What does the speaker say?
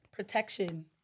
protection